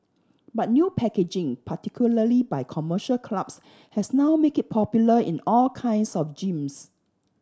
but new packaging particularly by commercial clubs has now make it popular in all kinds of gyms